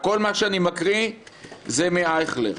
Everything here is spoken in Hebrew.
כל מה שאני מקריא זה מאייכלר.